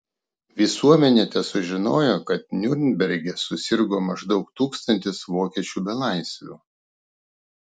visuomenė tesužinojo kad niurnberge susirgo maždaug tūkstantis vokiečių belaisvių